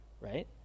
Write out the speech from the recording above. right